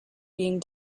being